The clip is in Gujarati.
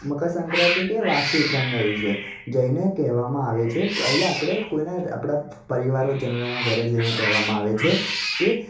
મકરસંક્રાંતિ કે વાસી ઉત્તરાયણના દિવસે જઈને કહેવામાં આવે છે એટલે આપણે કોઈના આપણા પરિવારો જનોના ઘરે જઈને કહેવામાં આવે છે કે